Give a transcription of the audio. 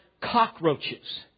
cockroaches